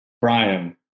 Brian